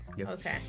okay